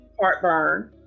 heartburn